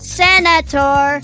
senator